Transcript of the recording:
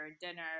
dinner